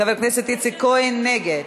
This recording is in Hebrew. חבר הכנסת איציק כהן נגד,